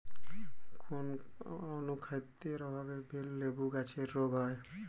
কোন অনুখাদ্যের অভাবে লেবু গাছের রোগ হয়?